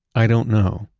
i don't know.